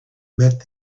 met